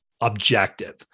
objective